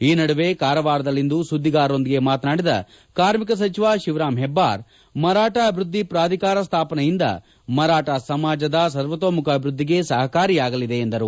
ಈ ನಡುವೆ ಕಾರವಾರದಲ್ಲಿಂದು ಸುದ್ದಿಗಾರರೊಂದಿಗೆ ಮಾತನಾಡಿದ ಕಾರ್ಮಿಕ ಸಚಿವ ಶಿವರಾಂ ಹೆಬ್ಬಾರ್ ಮರಾಠ ಅಭಿವೃದ್ದಿ ಪ್ರಾಧಕಾರ ಸ್ವಾಪನೆಯಿಂದ ಮರಾಠ ಸಮಾಜದ ಸರ್ವತೋಮುಖ ಅಭಿವೃದ್ದಿಗೆ ಸಹಕಾರಿಯಾಗಲಿದೆ ಎಂದರು